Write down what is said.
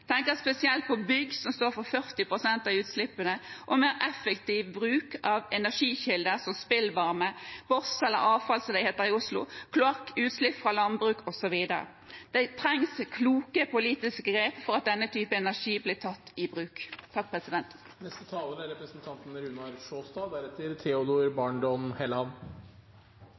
tenker spesielt på bygg, som står for 40 pst. av utslippene, og mer effektiv bruk av energikilder som spillvarme, boss – eller avfall, som det heter i Oslo – kloakk, utslipp fra landbruk, osv. Det trengs kloke politiske grep for at denne type energi blir tatt i bruk.